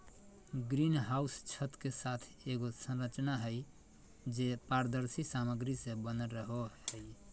green house छत के साथ एगो संरचना हइ, जे पारदर्शी सामग्री से बनल रहो हइ